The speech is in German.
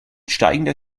steigender